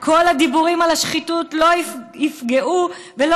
כל הדיבורים על השחיתות לא יפגעו ולא